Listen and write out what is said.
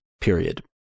period